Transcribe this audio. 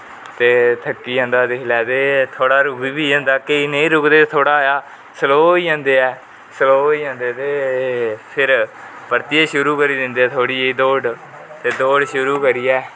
ते फिर थक्की जेदा जिसले ते फिर रुकी बी जंदा केंई नेई रुकदे थोह्डा़ जेहा स्लो होई जंदे ऐ स्लो फिर परतियै शुरु करी दिंदे थोडी जेही दौड़ ते दौड़ शुरु करियै